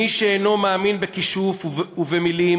מי שאינו מאמין בכישוף ובמילים,